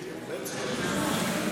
וצלצולים.